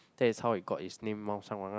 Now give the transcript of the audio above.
that is how it got it's name 猫山王:Mao-Shan-Wang ah